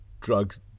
drugs